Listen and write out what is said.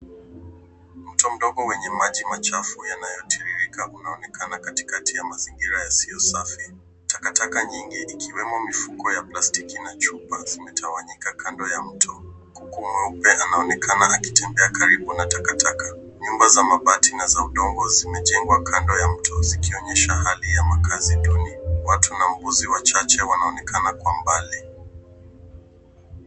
Mto mdogo wenye maji machafu yanayotiririka unaonekana katikati ya mazingira yasiyo safi. Takataka nyingi ikiwemo mifuko ya plastiki na chumba zimetawanyika kando ya mto. Kuku mweupe anaonekana akitembea karibu na takataka. Nyumba za mabati na za udogo zimejengwa kando ya mto zikionyesha hali ya makazi duni. Watu na mbuzi wachache wanaonekana kwa umbali.